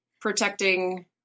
protecting